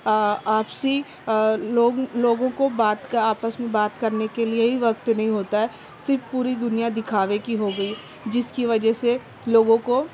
آپسی لوگ لوگوں کو بات کا آپس میں بات کرنے کے لیے ہی وقت نہیں ہوتا ہے صرف پوری دنیا دکھاوے کی ہو گئی ہے جس کی وجہ سے لوگوں کو